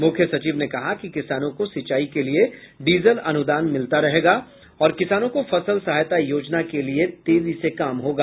मुख्य सचिव ने कहा कि किसानों को सिंचाई के लिए डीजल अनुदान मिलता रहेगा और किसानों को फसल सहायता योजना के लिये तेजी से काम होगा